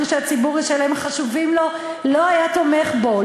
שהציבור ישלם חשובים לו לא היה תומך בו.